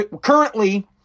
currently